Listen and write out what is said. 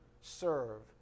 serve